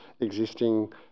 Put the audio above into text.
existing